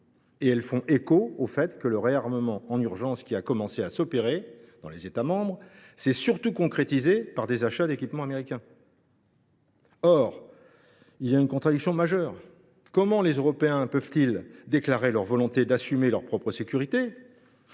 difficiles, en écho au fait que le réarmement qui a commencé à s’opérer en urgence dans les États membres s’est surtout concrétisé par des achats d’équipements américains. Or il y a là une contradiction majeure. Comment les Européens peuvent ils déclarer leur volonté d’assumer leur propre sécurité,